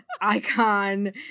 ICON